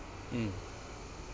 mm